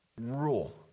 rule